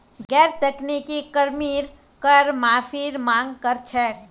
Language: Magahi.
गैर तकनीकी कर्मी कर माफीर मांग कर छेक